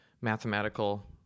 mathematical